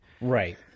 Right